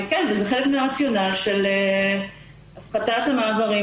זה חלק מהרציונל של הפחתת המעברים,